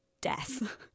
death